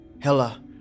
hella